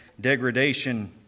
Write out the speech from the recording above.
degradation